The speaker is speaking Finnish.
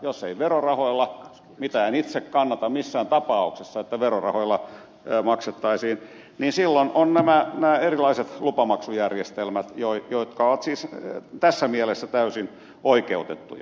jos ei verorahoilla mitä en itse kannata missään tapauksessa että verorahoilla maksettaisiin niin silloin on nämä erilaiset lupamaksujärjestelmät jotka ovat siis tässä mielessä täysin oikeutettuja